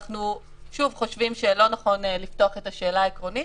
אנחנו חושבים שלא נכון לפתוח את השאלה העקרונית,